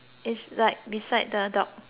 side the dog